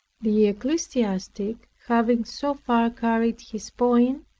the ecclesiastic, having so far carried his point,